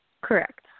Correct